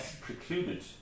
precluded